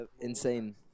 Insane